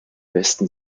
westen